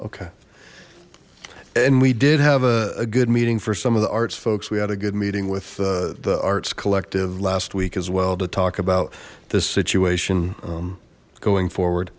okay and we did have a good meeting for some of the arts folks we had a good meeting with the arts collective last week as well to talk about this situation going forward